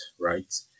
right